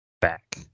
back